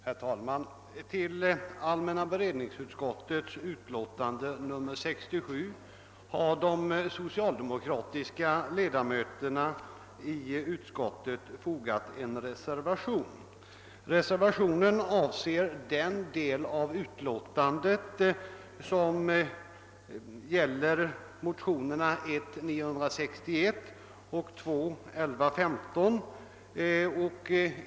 Herr talman! Till allmänna beredningsutskottets utlåtande nr 67 har de socialdemokratiska ledamöterna i utskottet fogat en reservation. Den avser den del av utlåtandet som gäller motionerna I:961 och II: 1115.